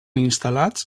instal·lats